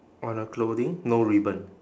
on the clothing no ribbon